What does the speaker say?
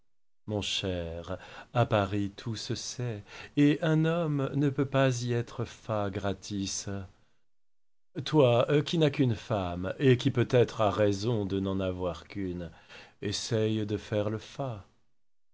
mon cher à paris tout se sait et un homme ne peut pas y être fat gratis toi qui n'as qu'une femme et qui peut-être as raison de n'en avoir qu'une essaie de faire le fat